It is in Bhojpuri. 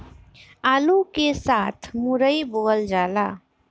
आलू के साथ मुरई बोअल जाला